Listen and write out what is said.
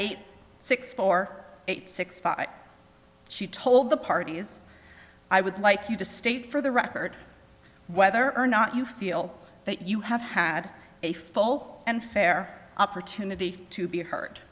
eight six four eight six five she told the parties i would like you to state for the record whether or not you feel that you have had a full and fair opportunity to be h